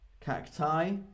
Cacti